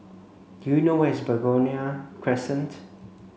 do you know where is Begonia Crescent